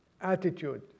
attitude